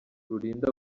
rurinda